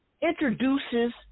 introduces